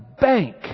bank